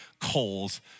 coals